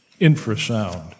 infrasound